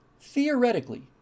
Theoretically